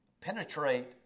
penetrate